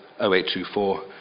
0824